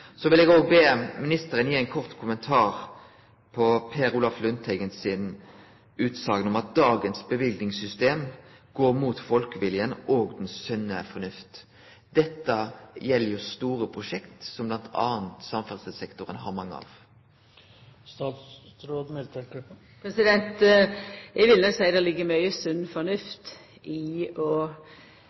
Så vil eg òg be ministeren om å gi ein kort kommentar til Per Olaf Lundteigens utsegn om at dagens løyvingssystem går imot folkeviljen og den sunne fornufta. Dette gjeld store prosjekt, som bl.a. samferdselssektoren har mange av. Eg vil no seia at det ligg mykje sunn fornuft i det å